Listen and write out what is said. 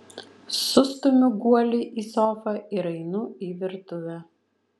sustumiu guolį į sofą ir einu į virtuvę